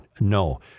No